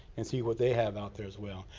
and see what they have out there, as well.